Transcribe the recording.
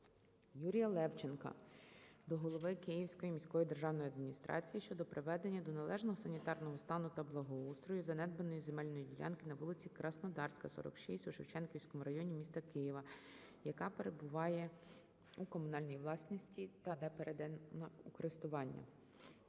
Юрія Левченка до голови Київської міської державної адміністрації щодо приведення до належного санітарного стану та благоустрою занедбаної земельної ділянки на вулиці Краснодарська, 46 у Шевченківському районі міста Києва, яка перебуває у комунальній власності та не передана у користування.